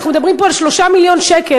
אנחנו מדברים פה על 3 מיליון שקל,